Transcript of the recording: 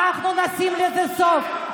ואנחנו נשים לזה סוף.